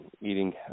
eating